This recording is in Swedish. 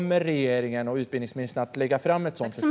Kommer regeringen och utbildningsministern att lägga fram ett sådant förslag?